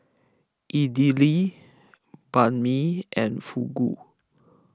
Idili Banh Mi and Fugu